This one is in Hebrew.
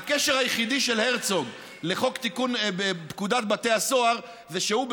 הקשר היחיד של הרצוג לחוק תיקון פקודת בתי הסוהר זה שהוא,